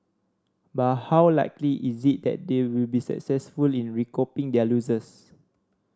but how likely is it that they will be successful in recouping their losses